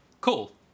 Cool